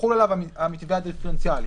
יחול עליו המתווה הדיפרנציאלי.